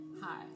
Hi